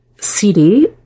CD